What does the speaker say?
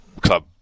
club